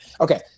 Okay